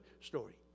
story